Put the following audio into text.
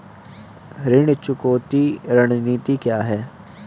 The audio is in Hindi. ऋण चुकौती रणनीति क्या है?